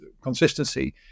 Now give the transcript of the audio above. consistency